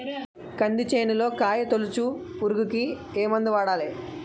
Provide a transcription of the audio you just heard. కంది చేనులో కాయతోలుచు పురుగుకి ఏ మందు వాడాలి?